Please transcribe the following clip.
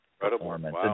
performance